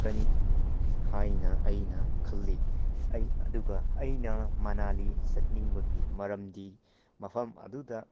ꯀꯅꯤ ꯍꯥꯏꯅ ꯑꯩꯅ ꯈꯜꯂꯤ ꯑꯩ ꯑꯗꯨꯒ ꯑꯩꯅ ꯃꯅꯥꯂꯤ ꯆꯠꯅꯤꯡꯕꯒꯤ ꯃꯔꯝꯗꯤ ꯃꯐꯝ ꯑꯗꯨꯗ